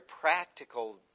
practical